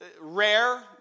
rare